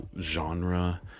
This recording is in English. genre